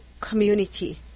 community